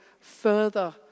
further